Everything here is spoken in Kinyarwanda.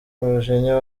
umujinya